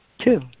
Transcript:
Two